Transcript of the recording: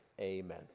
Amen